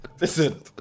listen